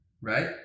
Right